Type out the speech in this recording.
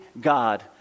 God